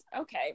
Okay